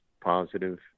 positive